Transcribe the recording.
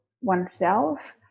oneself